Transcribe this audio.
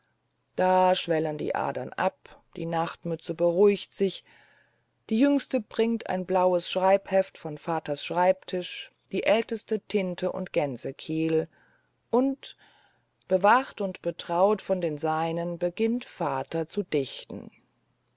da schwellen die adern ab die nachtmütze beruhigt sich die jüngste bringt ein blaues schreibheft von vaters schreibtisch die älteste tinte und gänsekiel und bewacht und betreut von den seinen beginnt vater zu dichten